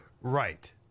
right